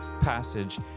passage